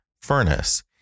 furnace